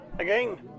Again